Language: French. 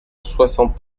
soixante